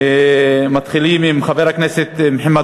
מתחילים עם חבר הכנסת מוחמד